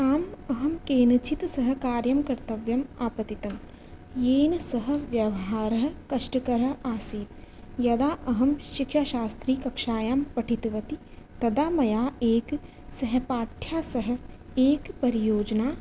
आम् अहं केनचित् सह कार्यं कर्तव्यम् आपतितं येन सह व्यवहारः कष्टकरः आसीत् यदा अहं शिक्षाशास्त्रीकक्षायां पठितवती तदा मया एक सहपाठ्या सह एक परियोजना प्राप्ता